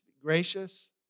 gracious